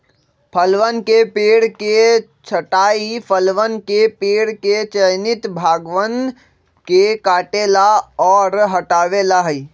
फलवन के पेड़ के छंटाई फलवन के पेड़ के चयनित भागवन के काटे ला और हटावे ला हई